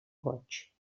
boig